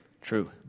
True